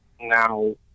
Now